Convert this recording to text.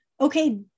okay